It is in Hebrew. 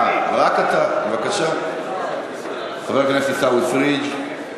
חוק לשינוי חברתי-כלכלי (תיקוני חקיקה),